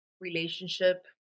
relationship